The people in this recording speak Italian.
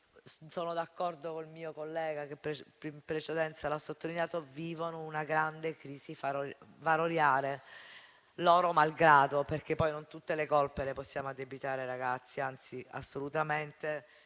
sono d'accordo con il mio collega che in precedenza l'ha sottolineato - vivono una grande crisi valoriale, loro malgrado, perché poi non tutte le colpe le possiamo addebitare ai ragazzi. Anzi, forse la